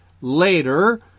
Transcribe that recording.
later